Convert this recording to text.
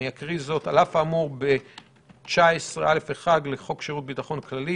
אני אקריא זאת: על אף האמור ב-19א(1) לחוק שירות ביטחון כללי,